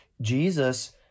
Jesus